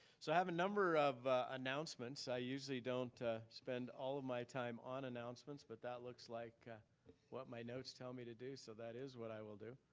so i have a number of announcements. i usually don't spend all of my time on announcements, but that looks like what my notes tell me to do, so that is what i will do.